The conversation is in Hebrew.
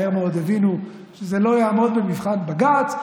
מהר מאוד הבינו שזה לא יעמוד במבחן בג"ץ,